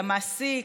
למעסיק,